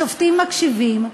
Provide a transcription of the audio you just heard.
השופטים מקשיבים,